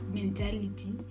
mentality